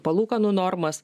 palūkanų normas